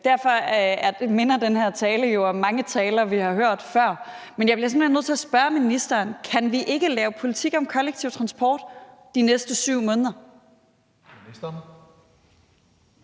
Derfor minder den her tale jo om mange taler, vi har hørt før. Jeg bliver simpelt hen nødt til at spørge ministeren: Kan vi ikke lave politik om kollektiv transport de næste 7 måneder?